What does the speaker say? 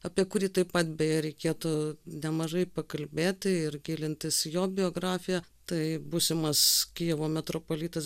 apie kurį taip pat beje reikėtų nemažai pakalbėti ir gilintis į jo biografiją tai būsimas kijevo metropolitas